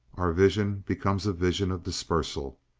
our vision becomes a vision of dispersal.